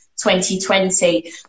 2020